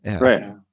right